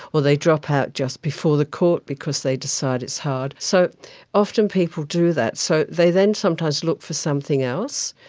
or they drop out just before the court because they decide it's hard. so often people do that, so they then sometimes look for something else,